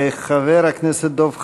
חבר הכנסת דב חנין,